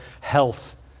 health